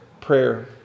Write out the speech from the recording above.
prayer